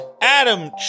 Adam